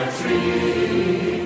tree